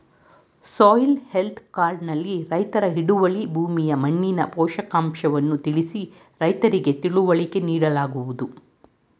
soil health card ನಲ್ಲಿ ರೈತರ ಹಿಡುವಳಿ ಭೂಮಿಯ ಮಣ್ಣಿನ ಪೋಷಕಾಂಶವನ್ನು ತಿಳಿಸಿ ರೈತರಿಗೆ ತಿಳುವಳಿಕೆ ನೀಡಲಾಗುವುದು